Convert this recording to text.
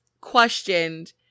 questioned